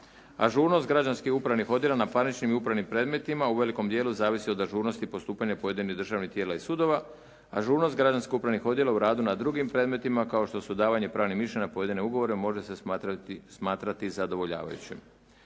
Ažurnost građanskih upravnih odjela na parničnim i upravnim predmetima u velikom dijelu zavisi od ažurnosti postupanja pojedinih državnih tijela i sudova. Ažurnost građansko-upravnih odjela u radu na drugim predmetima kao što su davanje pravnih mišljenja pojedinim ugovorima može se smatrati zadovoljavajuće.